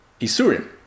Isurim